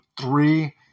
three